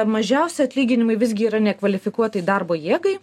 mažiausi atlyginimai visgi yra nekvalifikuotai darbo jėgai